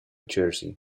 jersey